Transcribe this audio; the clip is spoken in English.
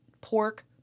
Pork